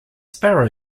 sparrow